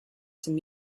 some